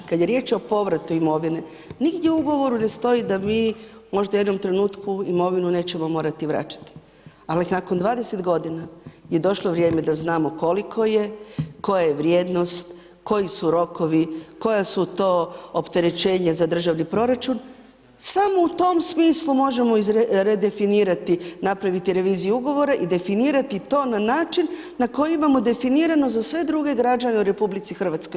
Kad je riječ o povratu imovine nigdje u ugovoru ne stoji da mi možda u jednom trenutnu imovinu nećemo morati vraćati, ali nakon 20 godina je došlo vrijeme da znamo koliko je, koja je vrijednost, koji su rokovi, koja su to opterećenja za državni proračun, samo u tom smislu možemo redefinirati, napraviti reviziju ugovora i definirati to na način na koji imamo definirano za sve druge građana u RH.